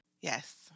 Yes